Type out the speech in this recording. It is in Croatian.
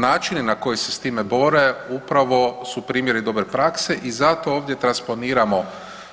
Načini na koji se s time bore upravo su primjeri dobre prakse i zato ovdje transponiramo